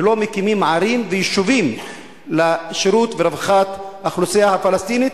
ולא מקימים ערים ויישובים לשירות ולרווחת האוכלוסייה הפלסטינית,